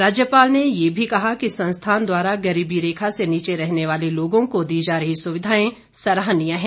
राज्यपाल ने ये भी कहा कि संस्थान द्वारा गरीबी रेखा से नीचे रहने वाले लोगों को दी जा रही सुविधाएं सराहनीय है